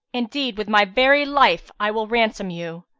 indeed, with my very life, i will ransom you.